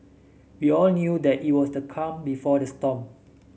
we all knew that it was the calm before the storm